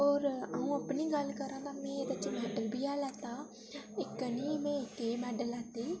होर अ'ऊं अपनी गल्ल करां ते में एह्दे च मैडल बी ऐ लैते दा इक निं में केईं मैडल लैते दे